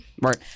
right